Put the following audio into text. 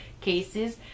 cases